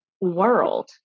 world